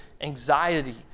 anxiety